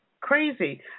crazy